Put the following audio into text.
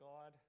God